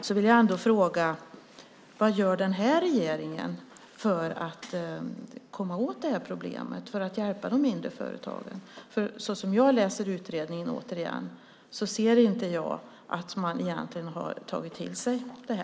Jag vill ändå fråga: Vad gör den här regeringen för att komma åt det här problemet och hjälpa de mindre företagen? Som jag läser utredningen ser jag inte att man egentligen har tagit till sig detta.